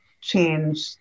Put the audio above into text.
change